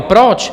Proč?